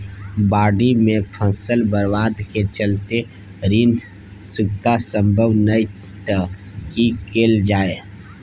बाढि में फसल बर्बाद के चलते ऋण चुकता सम्भव नय त की कैल जा?